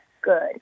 good